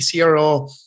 CRO